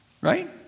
Right